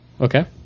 Okay